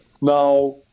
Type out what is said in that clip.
Now